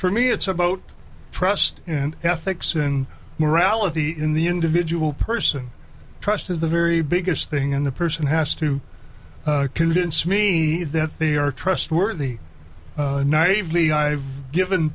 for me it's a boat trust and ethics and morality in the individual person trust is the very biggest thing in the person has to convince me that they are trustworthy naively i've given